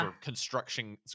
construction